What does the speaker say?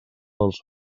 els